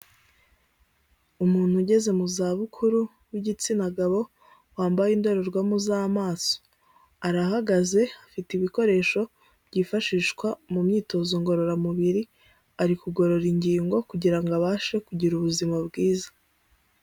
Umuntu ugeze mu zabukuru w'igitsina gabo wambaye indorerwamo z'amaso, arahagaze, afite ibikoresho byifashishwa mu myitozo ngororamubiri ari kugorora ingingo kugira ngo abashe kugira ubuzima bwiza.